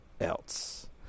else